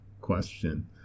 question